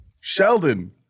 Sheldon